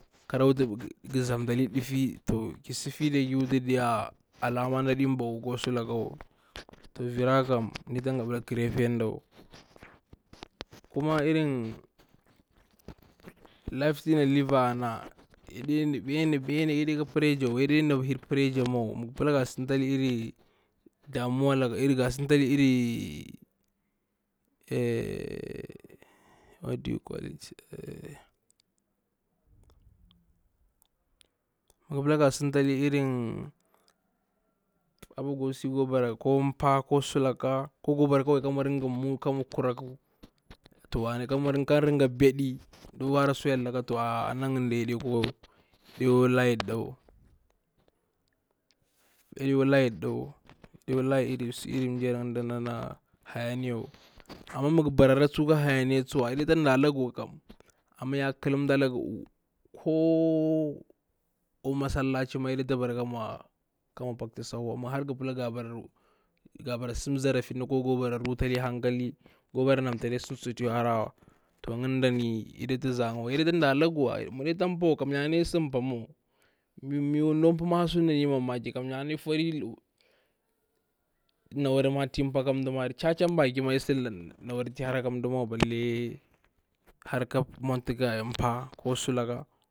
Kara wutu nga zamtali ɗuti ko ki siti diya ki wuta alama ndaɗi ba u'u ‘ko su laka wa, hira kam ya ɗita nga ndaɗi ba u'u virari kam ya ɗita nga sirakura wa, kuma iri lefe ti na live. Ana ya ɗina hir pressure wa, yadi na hir pressure, ma ga sintala irin damu wa laka a'a what do you call it, a'a ma ga kwa bara sintali pa ko sulaka ko ga kwa bara ka mwa ku raku, ko kamwa ɗinga ɓeɗi ko hara sulaka to ana yakwa layir ɗa wa, yakwa layin iri na hayani ya wa, amma ma nga bara ka hayani wa tsuwa yaɗita ndala nga tsuwa, amma ƙalam tala nga u'u, ko nga kwa masallaci ma yaɗikwa bara ka mwa paktuwa ma har ga bara sim zaratina ko kara rutali hankali ga kwa bara chantali ɗi sutu ya kwa hara wa, to ngaɗini ya ndikwa, yaɗikwa ndala ga wa ma nɗikwa pa wa ma ku wuta nda takwa pa sun ana nali mamaki, ana iƙa furi nawari ma ti pa, ka nda. A chachan baki iƙa sida luktu ti hara ka nda wa a'a har ka munta ga pah ko sulaka